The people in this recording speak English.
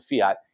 fiat